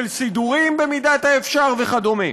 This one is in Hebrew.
של סידורים במידת האפשר וכדומה.